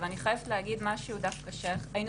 אבל אני חייבת להגיד משהו שדווקא היינו